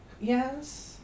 Yes